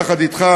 יחד אתך,